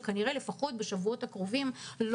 וכנראה בשבועות הקרובים לפחות,